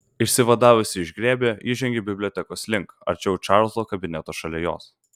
išsivadavusi iš glėbio ji žengė bibliotekos link arčiau čarlzo kabineto šalia jos